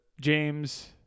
James